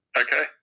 Okay